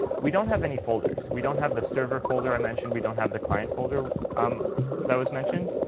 we don't have any folders. we don't have the server folder i mentioned. we don't have the client folder um that was mentioned.